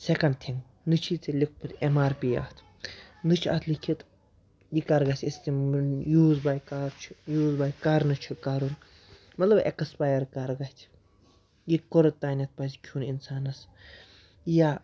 second thing نہ چھِی ژےٚ لیوٚکھمُت اٮ۪م آر پی اَتھ نہ چھِ اَتھ لیکھِتھ یہِ کَر گژھِ یوٗز بَے کَر چھِ یوٗز بَے کَر نہٕ چھِ کَرُن مطلب اٮ۪کٕسپایر کَر گژھِ یہِ کور تانٮ۪تھ پَزِ کھیوٚن اِنسانَس یا